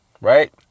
right